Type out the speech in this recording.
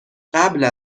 قبل